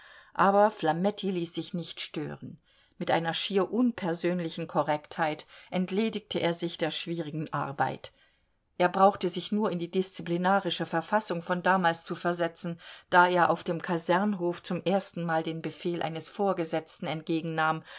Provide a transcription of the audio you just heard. aber flametti ließ sich nicht stören mit einer schier unpersönlichen korrektheit entledigte er sich der schwierigen arbeit er brauchte sich nur in die disziplinarische verfassung von damals zu versetzen da er auf dem kasernhof zum erstenmal den befehl eines vorgesetzten entgegennahm